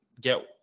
get